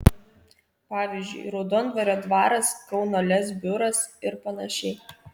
pavyzdžiui raudondvario dvaras kauno lez biuras ir panašiai